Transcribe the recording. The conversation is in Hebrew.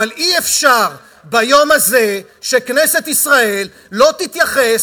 אבל אי-אפשר ביום הזה שכנסת ישראל לא תתייחס